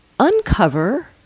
Uncover